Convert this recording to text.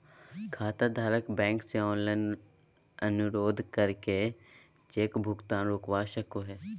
खाताधारक बैंक से ऑनलाइन अनुरोध करके चेक भुगतान रोकवा सको हय